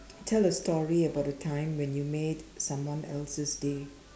tell a story about a time when you made someone else's day